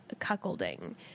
cuckolding